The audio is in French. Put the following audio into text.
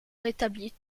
rétablit